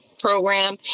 program